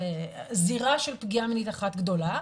זירה של פגיעה מינית אחת גדולה.